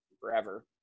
forever